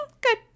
good